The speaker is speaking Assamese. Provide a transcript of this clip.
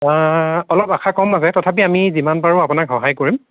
অলপ আশা কম আছে তথাপিও আমি যিমান পাৰোঁ আপোনাক সহায় কৰিম